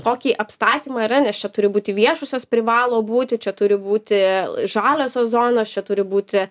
kokį apstatymą yra nes čia turi būti viešosios privalo būti čia turi būti žaliosios zonos čia turi būti